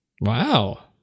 Wow